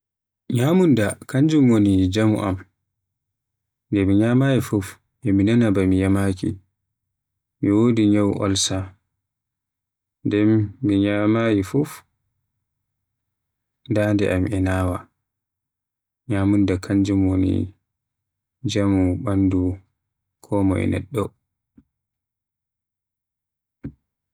Ñyamunda kanjum woni jaamu am, nde mi nyamayi fuf e mi nanaa ba mi yaamaki. Mi wodi ñyawu olsa, nde mi ñyamaayi fuf dadande am e naawa. Ñyamunda kanjum woni jaamu bandu konmoye neddo.